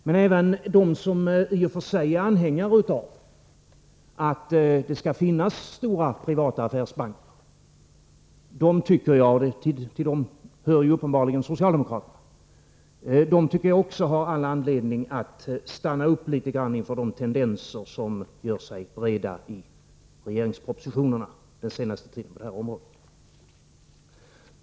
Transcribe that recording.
Men även de som i och för sig är anhängare av att det skall finnas stora privata affärsbanker — och till dem hör ju uppenbarligen socialdemokraterna— tycker jag har all anledning att stanna upp litet grand inför de tendenser som på det här området gjort sig gällande i regeringens propositioner under den senaste tiden.